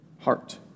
heart